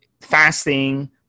fasting